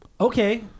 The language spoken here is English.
okay